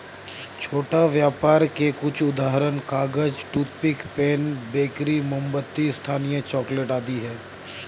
छोटा व्यापर के कुछ उदाहरण कागज, टूथपिक, पेन, बेकरी, मोमबत्ती, स्थानीय चॉकलेट आदि हैं